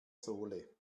sohle